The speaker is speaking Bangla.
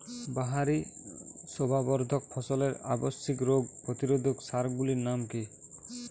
বাহারী শোভাবর্ধক ফসলের আবশ্যিক রোগ প্রতিরোধক সার গুলির নাম কি কি?